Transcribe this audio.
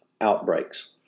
outbreaks